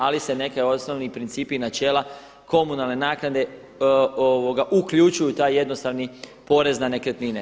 Ali se neki osnovni principi i načela komunalne naknade uključuju u taj jednostavni porez na nekretnine.